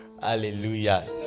hallelujah